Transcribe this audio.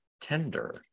tender